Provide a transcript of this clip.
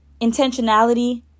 intentionality